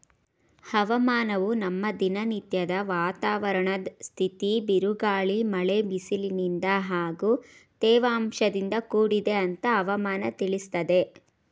ಹವಾಮಾನವು ನಮ್ಮ ದಿನನತ್ಯದ ವಾತಾವರಣದ್ ಸ್ಥಿತಿ ಬಿರುಗಾಳಿ ಮಳೆ ಬಿಸಿಲಿನಿಂದ ಹಾಗೂ ತೇವಾಂಶದಿಂದ ಕೂಡಿದೆ ಅಂತ ಹವಾಮನ ತಿಳಿಸ್ತದೆ